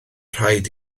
rhaid